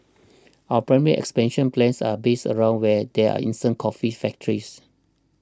our primary expansion plans are based around where there are instant coffee factories